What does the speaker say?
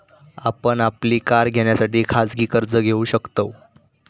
आपण आपली कार घेण्यासाठी खाजगी कर्ज घेऊ शकताव